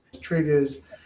triggers